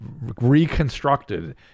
reconstructed